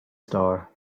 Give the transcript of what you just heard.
star